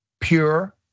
Pure